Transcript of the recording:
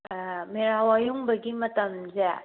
ꯃꯦꯔꯥ ꯋꯥꯌꯨꯡꯕꯒꯤ ꯃꯇꯝꯁꯦ